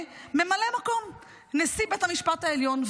ממלא מקום נשיא בית המשפט העליון,